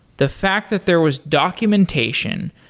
the fact that there was documentation,